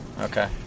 Okay